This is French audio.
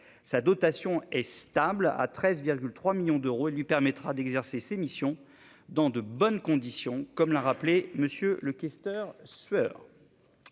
sa dotation est stable, à 13,3 millions d'euros, et lui permettra d'exercer ses missions dans de bonnes conditions, comme l'a rappelé M. le questeur Sueur.